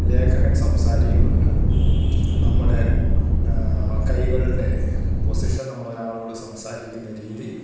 ലേഖകൻ സംസാരിക്കുന്നുണ്ട് നമ്മുടെ കൈകളുടെ പൊസിഷൻ നമ്മളൊരാളോടു സംസാരിക്കുന്ന രീതി